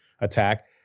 attack